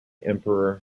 emperor